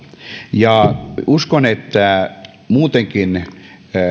uskon että muutenkin